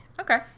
Okay